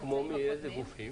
כמו איזה גופים?